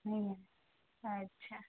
نہیں اچھا